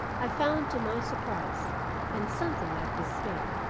i found to my surprise and something like dismay,